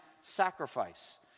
sacrifice